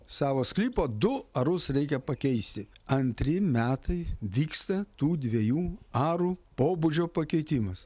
savo sklypo du arus reikia pakeisti antri metai vyksta tų dviejų arų pobūdžio pakeitimas